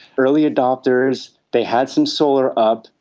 early adopters, they had some solar up,